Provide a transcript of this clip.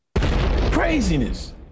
Craziness